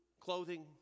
clothing